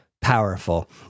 powerful